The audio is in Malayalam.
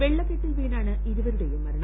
വെള്ളക്കെട്ടിൽ വീണാണ് ഇരുവരുടെയും മരണം